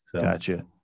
Gotcha